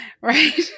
Right